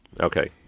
okay